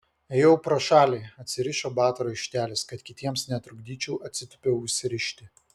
ėjau pro šalį atsirišo bato raištelis kad kitiems netrukdyčiau atsitūpiau užsirišti